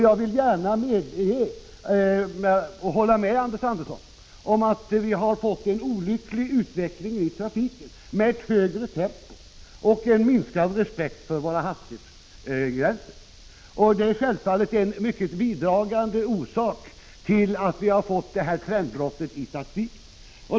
Jag håller gärna med Anders Andersson om att vi har fått en olycklig utveckling i trafiken med ett högre tempo och en minskad respekt för hastighetsgränserna. Det är självfallet en starkt bidragande orsak till trendbrottet i olycksfallsstatistiken.